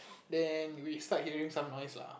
then we start hearing some noise lah